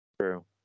True